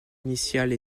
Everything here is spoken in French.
initiale